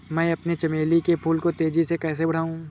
मैं अपने चमेली के फूल को तेजी से कैसे बढाऊं?